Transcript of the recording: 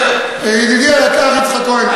ידידי היקר יצחק כהן,